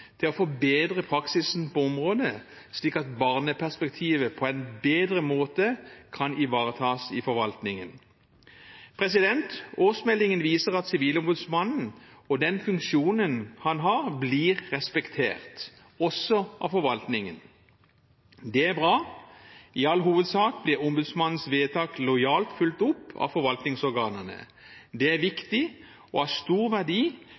til å forbedre praksisen på området, slik at barneperspektivet på en bedre måte kan ivaretas i forvaltningen. Årsmeldingen viser at Sivilombudsmannen og denne funksjonen blir respektert, også av forvaltningen. Det er bra. I all hovedsak blir ombudsmannens vedtak lojalt fulgt opp av forvaltningsorganene. Det er viktig og av stor verdi